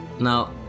Now